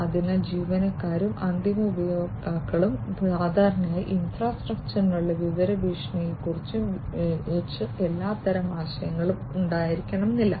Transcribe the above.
അതിനാൽ ജീവനക്കാർക്കും അന്തിമ ഉപയോക്താക്കൾക്കും സാധാരണയായി ഇൻഫ്രാസ്ട്രക്ചറിനുള്ള വിവര ഭീഷണികളെയും ഭീഷണികളെയും കുറിച്ച് എല്ലാത്തരം ആശയങ്ങളും ഉണ്ടായിരിക്കില്ല